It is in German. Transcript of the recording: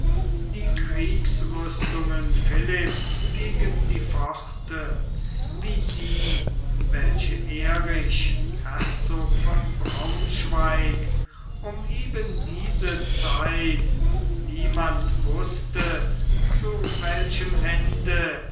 die kriegsrüstungen philipps gegen die pforte wie die welche erich herzog von braunschweig um eben diese zeit niemand wußte zu welchem ende